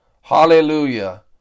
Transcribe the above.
Hallelujah